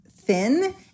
thin